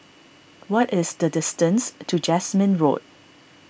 what is the distance to Jasmine Road